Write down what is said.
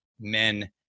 men